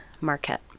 Marquette